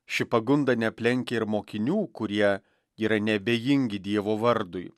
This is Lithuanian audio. ši pagunda neaplenkė ir mokinių kurie yra neabejingi dievo vardui